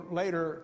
later